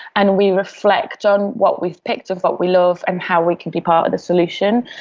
and we reflect on what we've picked of what we love and how we can be part of the solution.